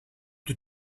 die